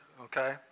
okay